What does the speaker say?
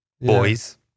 boys